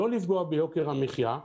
מבלי לפגוע ביוקר המחיה,